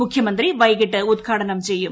മുഖ്യമന്ത്രി വൈകിട്ട് ഉദ്ഘാടനം ചെയ്യും